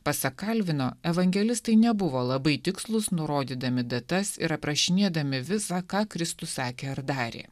pasak kalvino evangelistai nebuvo labai tikslūs nurodydami datas ir aprašinėdami visa ką kristus sakė ar darė